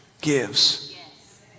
gives